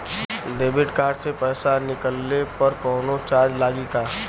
Debit card से पैसा निकलले पर कौनो चार्ज लागि का?